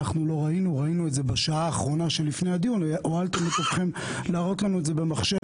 לקואליציה הוא נותן 110.9. אנחנו נתנו 111 לקואליציה,